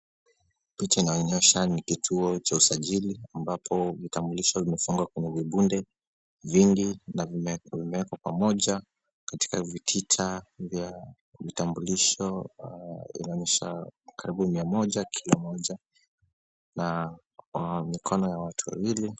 Picha inaonyesha ni kituo cha usajili, ambapo vitambulisho vimefungwa kwenye vibunde vingi na vimewekwa pamoja katika vitita vya vitambulisho. Inaonyesha karibu mia moja kila moja na mikono ya watu wawili.